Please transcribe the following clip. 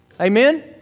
Amen